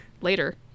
later